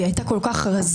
והיא הייתה כל כך רזה.